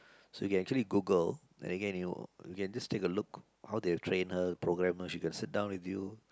so you can actually Google again you know you can just take a look how they have train her program her she can sit down with you